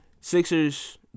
Sixers